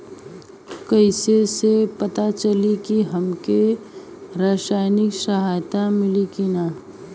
कइसे से पता चली की हमके सामाजिक सहायता मिली की ना?